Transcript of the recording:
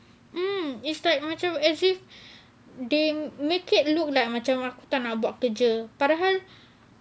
mm it's like macam as if they make it look like macam aku tak nak buat kerja padahal